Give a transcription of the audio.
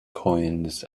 coins